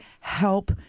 help